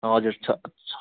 हजुर छ